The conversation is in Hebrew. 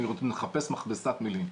אני מחפש מכבסת מילים.